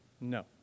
No